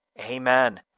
Amen